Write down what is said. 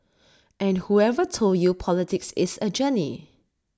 and whoever told you politics is A journey